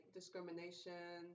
discrimination